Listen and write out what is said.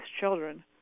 children